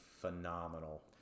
phenomenal